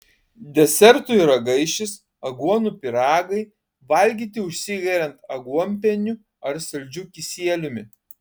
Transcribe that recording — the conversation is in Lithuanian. desertui ragaišis aguonų pyragai valgyti užsigeriant aguonpieniu ar saldžiu kisieliumi